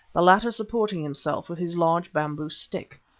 the latter supporting himself with his large bamboo stick.